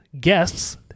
guests